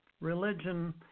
Religion